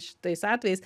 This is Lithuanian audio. šitais atvejais